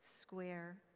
square